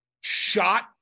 shot